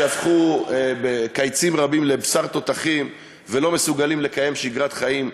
שהפכו בקיצים רבים לבשר תותחים ולא מסוגלים לקיים שגרת חיים הולמת.